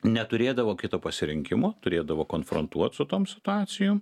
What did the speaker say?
neturėdavo kito pasirinkimo turėdavo konfrontuoti su tom stacijom